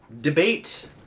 debate